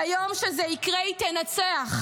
ביום שזה יקרה, היא תנצח.